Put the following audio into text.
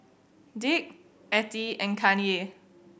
Dick Ettie and Kanye